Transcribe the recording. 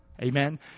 Amen